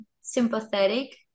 sympathetic